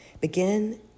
begin